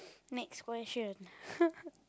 next question